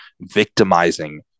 victimizing